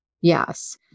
yes